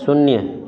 शून्य